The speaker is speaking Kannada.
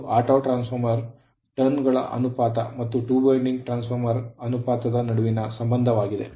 ಇದು ಆಟೋಟ್ರಾನ್ಸ್ ಫಾರ್ಮರ್ ಟರ್ನ್ ಗಳ ಅನುಪಾತ ಮತ್ತು two winding ಟ್ರಾನ್ಸ್ ಫಾರ್ಮರ್ ಅನುಪಾತದ ನಡುವಿನ ಸಂಬಂಧವಾಗಿದೆ